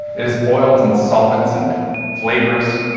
it is oils and solvents and flavors,